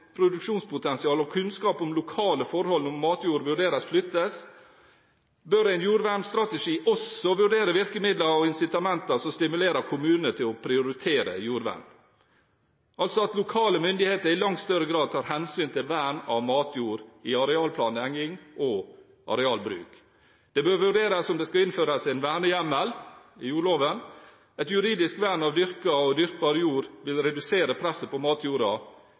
og kunnskap om lokale forhold dersom matjord vurderes flyttet, bør en jordvernstrategi også vurdere virkemidler og incitamenter som stimulerer kommunene til å prioritere jordvern, altså at lokale myndigheter i langt større grad tar hensyn til vern av matjord i arealplanlegging og arealbruk. Det bør vurderes om det skal innføres en vernehjemmel i jordloven, et juridisk vern når dyrket og dyrkbar jord vil redusere presset på matjorda